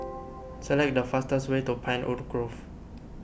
select the fastest way to Pinewood Grove